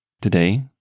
Today